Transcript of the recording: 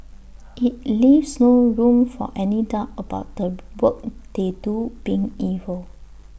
IT leaves no room for any doubt about the work they do being evil